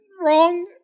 wrong